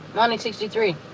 um and sixty three.